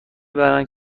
بردهاند